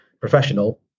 professional